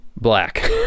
black